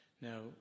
now